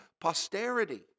Posterity